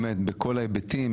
באמת בכל ההיבטים,